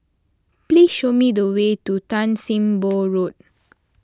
please show me the way to Tan Sim Boh Road